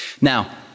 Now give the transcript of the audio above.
Now